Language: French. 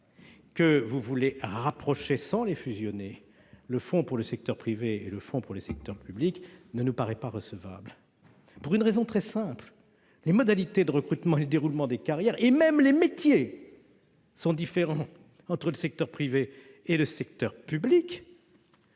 lequel vous voudriez rapprocher, sans les fusionner, le fonds pour le secteur privé et le fonds pour le secteur public ne nous paraît pas recevable, et ce pour une raison très simple : les modalités de recrutement, le déroulement des carrières et même les métiers sont différents entre le secteur privé et le secteur public.